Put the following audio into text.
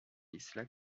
isla